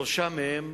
שלושה מהם